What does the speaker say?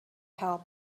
help